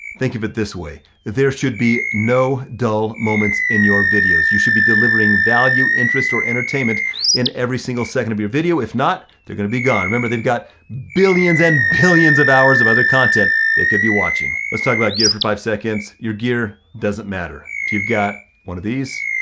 think of it this way, there should be no dull moments in your videos. you should be delivering value, interest or entertainment in every single second of your video. if not, they're gonna be gone. remember they've got billions and billions of hours of other content they could be watching. let's talk about gear for five seconds. your gear doesn't matter, if you've got one of these,